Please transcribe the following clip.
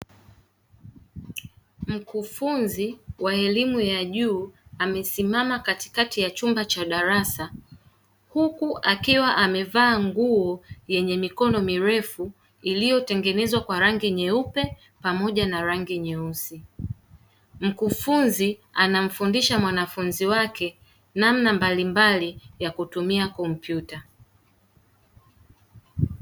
Mkufunzi wa elimu ya juu amesimama katikati ya chumba cha darasa huku akiwa amevaa nguo yenye mikono mirefu iliyotengenezwa kwa rangi nyeupe pamoja na rangi nyeusi; Mkufunzi anamfundisha mwanafunzi wake namna mbalimbali ya kutumia kompyuta.